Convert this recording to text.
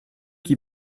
qui